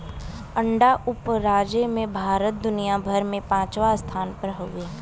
अंडा उपराजे में भारत दुनिया भर में पचवां स्थान पर हउवे